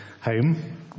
home